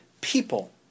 people